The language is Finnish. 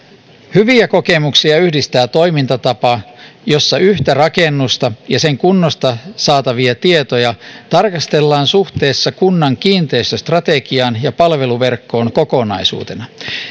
hyviä kokemuksia yhdistää toimintatapa jossa yhtä rakennusta ja sen kunnosta saatavia tietoja tarkastellaan suhteessa kunnan kiinteistöstrategiaan ja palveluverkkoon kokonaisuutena